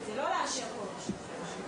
-- זה לא לאשר כל רשות ורשות.